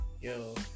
yo